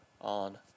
on